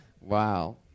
Wow